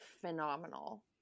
phenomenal